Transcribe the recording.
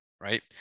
Right